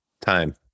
time